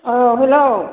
औ हेलौ